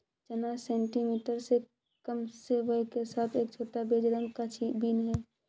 चना सेंटीमीटर से कम के व्यास के साथ एक छोटा, बेज रंग का बीन है